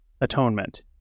atonement